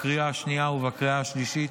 בקריאה השנייה ובקריאה השלישית.